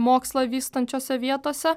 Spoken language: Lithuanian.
mokslą vystančiose vietose